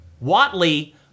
Watley